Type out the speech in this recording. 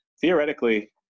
theoretically